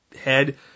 head